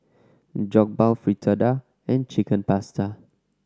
Jokbal Fritada and Chicken Pasta